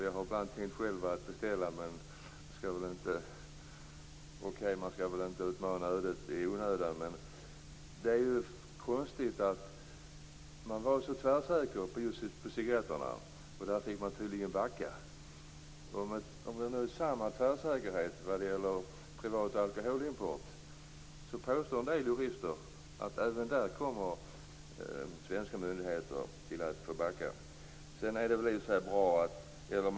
Jag har själv tänkt att göra en beställning, men man skall väl inte utmana ödet i onödan. Det är konstigt att myndigheterna var så tvärsäkra i fråga om cigarretterna. Men där fick de tydligen backa. Om det nu är fråga om samma tvärsäkerhet när det gäller privat alkoholimport, påstår en del jurister att svenska myndigheter även när det gäller den kommer att få backa.